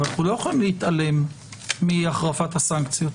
אבל אנחנו לא יכולים להתעלם מהחרפת הסנקציות.